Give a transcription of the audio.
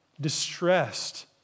distressed